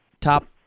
top